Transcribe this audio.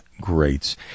greats